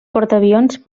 portaavions